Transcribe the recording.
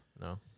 No